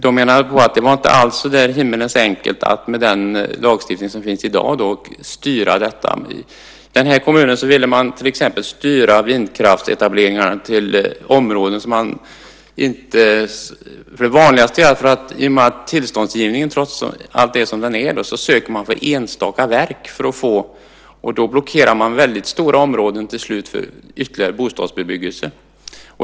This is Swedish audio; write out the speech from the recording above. De menade att det inte var så enkelt att styra detta med den lagstiftning som finns i dag. I den här kommunen ville man till exempel styra vindkraftsetableringarna till vissa områden. Det vanligaste är att man söker tillstånd för enstaka verk i och med tillståndsgivningen trots allt är som den är. Då blockerar man till slut väldigt stora områden för ytterligare bostadsbebyggelse.